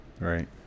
Right